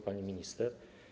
Pani Minister!